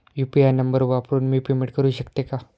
UPI number वापरून मी payment करू शकते का?